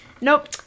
Nope